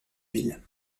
ville